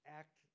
act